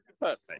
Perfect